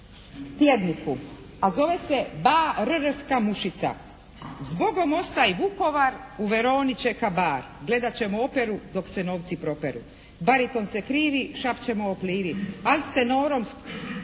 a zove se: "Barrrska mušica", "Zbogom ostaj Vukovar, u Veroni čeka Barr. Gledat ćemo operu dok se novci properu. Bariton se krivi šapćemo o Plivi. Al s tenorom